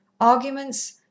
Arguments